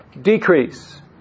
decrease